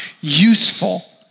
useful